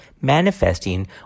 manifesting